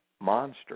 monster